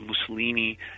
Mussolini